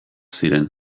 ziren